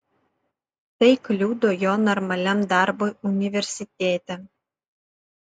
tai kliudo jo normaliam darbui universitete